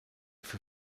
für